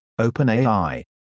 OpenAI